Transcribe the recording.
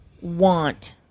want